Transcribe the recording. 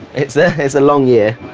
it's ah it's a long year.